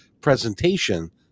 presentation